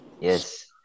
Yes